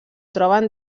troben